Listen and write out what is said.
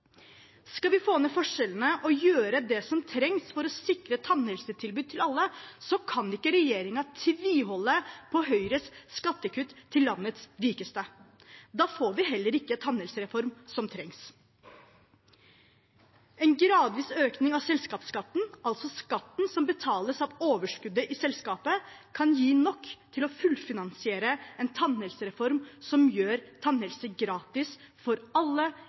Skal vi få ned forskjellene og gjøre det som trengs for å sikre tannhelsetilbud til alle, kan ikke regjeringen tviholde på Høyres skattekutt til landets rikeste. Da får vi heller ikke den tannhelsereformen som trengs. En gradvis økning av selskapsskatten, altså skatten som betales av overskuddet i selskapet, kan gi nok til å fullfinansiere en tannhelsereform som gjør tannhelse gratis for alle